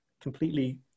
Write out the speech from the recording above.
completely